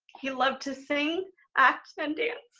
he loved to sing act and dance,